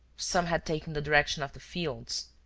some had taken the direction of the fields,